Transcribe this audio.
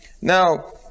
Now